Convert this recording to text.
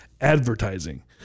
advertising